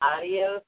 Adios